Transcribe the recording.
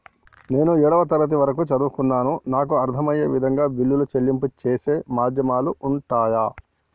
నేను ఏడవ తరగతి వరకు చదువుకున్నాను నాకు అర్దం అయ్యే విధంగా బిల్లుల చెల్లింపు చేసే మాధ్యమాలు ఉంటయా?